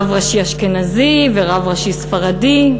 רב ראשי אשכנזי ורב ראשי ספרדי,